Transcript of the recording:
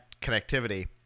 connectivity